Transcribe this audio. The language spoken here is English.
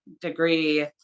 degree